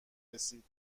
رسید